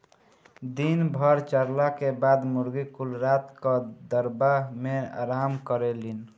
दिन भर चरला के बाद मुर्गी कुल रात क दड़बा मेन आराम करेलिन